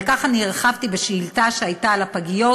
ועל כך אני הרחבתי בשאילתה שהייתה על הפגיות.